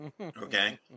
Okay